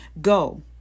Go